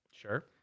Sure